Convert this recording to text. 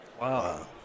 Wow